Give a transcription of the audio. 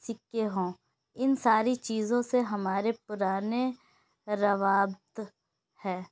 سکے ہوں ان ساری چیزوں سے ہمارے پرانے روابط ہیں